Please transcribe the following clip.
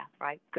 right